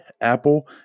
Apple